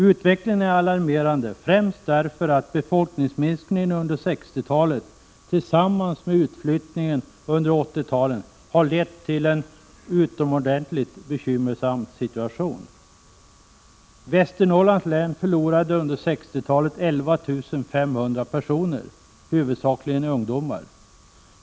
Utvecklingen är alarmerande främst därför att befolkningsminskningen under 1960-talet tillsammans med utflyttningen under 1980-talet har lett till en utomordentligt bekymmersam situation. Västernorrlands län förlorade under 1960-talet 11 500 personer, huvudsakligen ungdomar.